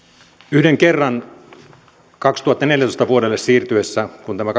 yhden kerran vuodelle kaksituhattaneljätoista siirryttäessä kun tämä